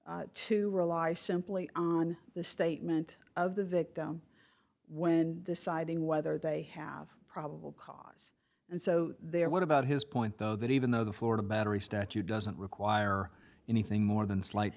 to rely simply on the statement of the victim when deciding whether they have probable cause and so there what about his point though that even though the florida battery statute doesn't require anything more than slight